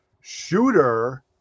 Shooter